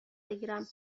بگیرم